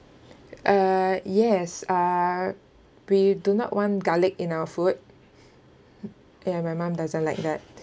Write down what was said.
uh yes uh we do not want garlic in our food ya my mum doesn't like that